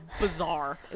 bizarre